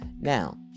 now